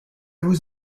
vous